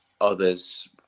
others